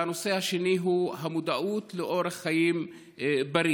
והנושא השני הוא המודעות לאורח חיים בריא,